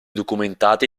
documentati